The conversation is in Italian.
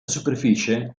superficie